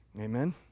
Amen